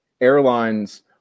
airlines